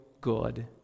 good